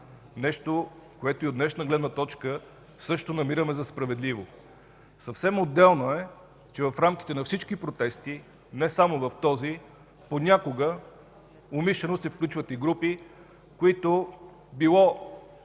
нещо, което и от днешна гледна точка също намираме за справедливо. Съвсем отделно е, че в рамките на всички протести, не само в този, понякога умишлено се включват и групи, които, било